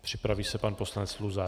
Připraví se pan poslanec Luzar.